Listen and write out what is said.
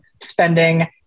spending